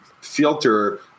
filter